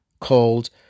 called